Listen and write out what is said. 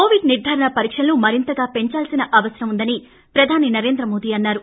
Covid నిర్గారణ పరీక్షలను మరింతగా పెంచాల్సిన అవసరం ఉందని ప్రధాని నరేంద్ర మోడీ అన్నారు